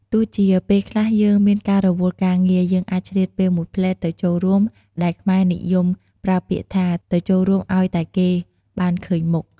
ទោះជាពេលខ្លះយើងមានការរវល់ការងារ យើងអាចឆ្លៀតពេលមួយភ្លេតទៅចូលរួម ដែលខ្មែរនិយមប្រើពាក្យថា "ទៅចូលរួមអោយតែគេបានឃើញមុខ"។